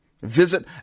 visit